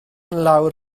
lawr